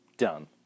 done